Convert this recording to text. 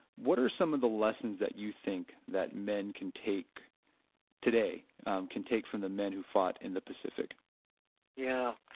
what are some of the lessons that you think that men can take today can take from the men who fought in the pacific yeah,